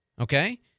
Okay